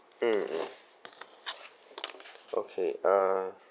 mmhmm okay uh